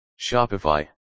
Shopify